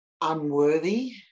unworthy